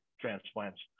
transplants